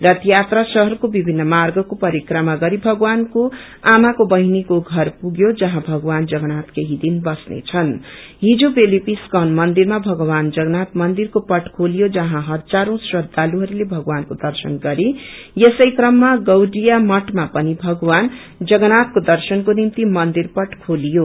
रथ यात्रा शहरको विभिन्न मार्गको परिक्रमा गरि भगवानको आमाको बहिनीको घर पुगयो जहाँ भगवान जगन्नाथ केही दिन बस्नेछनू हिजो बुलुकी हस्कन पन्दिरामा भगवान जगन्नाथ मन्दिरको पट खोलियो जहाँ इजारौँ श्रदालुहस्ले भगवानको दर्शन गरे यसै क्रममा गौडिया मठमा पनि भगवान जगन्नाथको दर्शनको निम्ति मन्दिर पट खेथिो